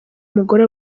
umugore